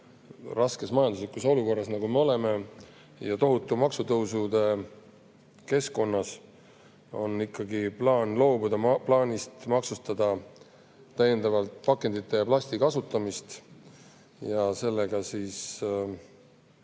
raskes majanduslikus olukorras, milles me oleme, ja tohutute maksutõusude keskkonnas on ikkagi [parem] loobuda plaanist maksustada täiendavalt pakendite ja plasti kasutamist. Ja teemegi siis